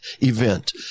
event